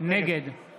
נגד